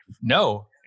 No